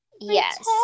Yes